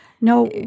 No